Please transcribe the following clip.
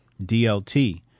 DLT